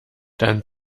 dann